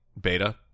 Beta